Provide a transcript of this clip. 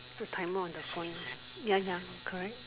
the timer on the phone ah ya ya correct